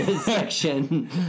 section